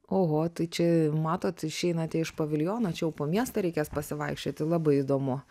oho tai čia matot išeinate iš paviljono čia jau po miestą reikės pasivaikščioti labai įdomu